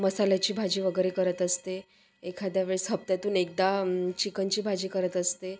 मसाल्याची भाजी वगैरे करत असते एखाद्या वेळेस हफ्त्यातून एकदा चिकनची भाजी करत असते